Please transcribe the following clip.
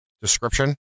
description